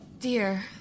dear